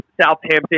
Southampton